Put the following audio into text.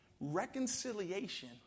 Reconciliation